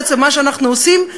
בעצם מה שאנחנו עושים,